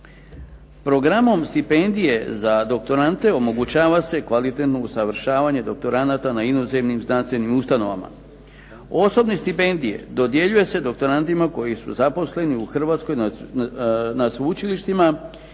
Programom stipendije za doktorante omogućava se kvalitetno usavršavanje doktoranata na inozemnim znanstvenim ustanovama. Osobne stipendije dodjeljuju se doktorantima koji su zaposleni u Hrvatskoj na sveučilištima